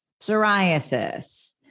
psoriasis